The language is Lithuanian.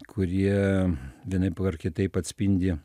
kurie vienaip ar kitaip atspindi